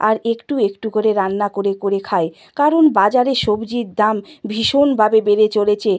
আর একটু একটু করে রান্না করে করে খায় কারণ বাজারে সবজির দাম ভীষণভাবে বেড়ে চলেছে